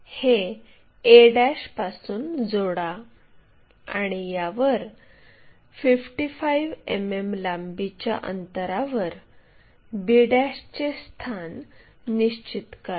हे a पासून जोडा आणि यावर 55 मिमी लांबीच्या अंतरावर b चे स्थान निश्चित करा